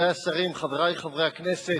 רבותי השרים, חברי חברי הכנסת,